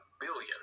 billion